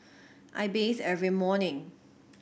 I bathe every morning